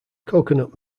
coconut